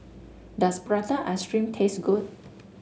does Prata Ice Cream taste good